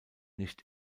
nicht